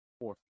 fourth